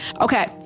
Okay